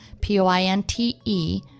P-O-I-N-T-E